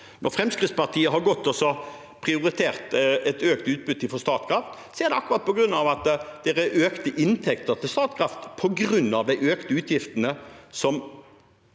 Når Fremskrittspartiet har prioritert et økt utbytte fra Statkraft, er det på grunn av økte inntekter til Statkraft som følge av de økte utgiftene som